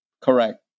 Correct